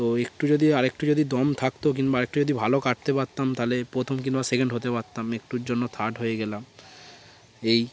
তো একটু যদি আর একটু যদি দম থাকতো কিংবা আরে একটু যদি ভালো কাটতে পারতাম তাহলে প্রথম কিংবা সেকেন্ড হতে পারতাম একটুর জন্য থার্ড হয়ে গেলাম এই